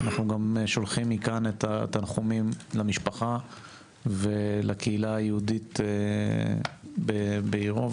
אנחנו שולחים מכאן תנחומים למשפחה ולקהילה היהודית בעירו.